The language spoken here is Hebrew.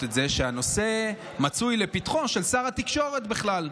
את זה כשהנושא מצוי לפתחו של שר התקשורת בכלל,